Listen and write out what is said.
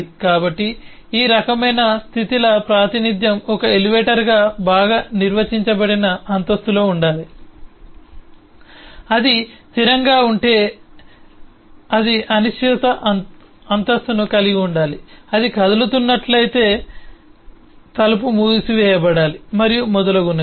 కాబట్టి ఈ రకమైన స్థితిల ప్రాతినిధ్యం ఒక ఎలివేటర్ బాగా నిర్వచించబడిన అంతస్తులో ఉండాలి అది స్థిరంగా ఉంటే అది అనిశ్చిత అంతస్తును కలిగి ఉండాలి అది కదులుతున్నట్లయితే తలుపు మూసివేయబడాలి మరియు మొదలగునవి